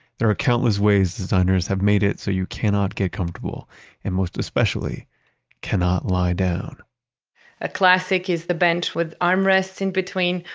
there are countless ways designers have made it so you cannot get comfortable and most especially cannot lie down a classic is the bench with armrests in between,